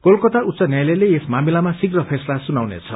कलकता उच्च न्यायालयले यस मामिलामा शीघ फैसला सुनाउने छ